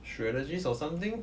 strategies or something